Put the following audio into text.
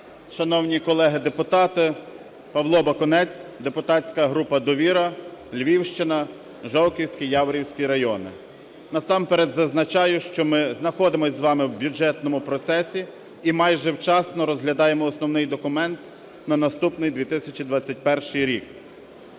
шановні колеги депутати! Павло Бакунець, депутатська група "Довіра", Львівщина, Жовківський, Яворівський райони. Насамперед зазначаю, що ми знаходимось з вами в бюджетному процесі і майже вчасно розглядаємо основний документ на наступний 2021 рік.